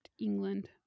England